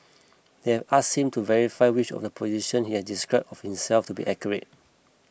they have ask him to verify which of the position he has describe of himself to be accurate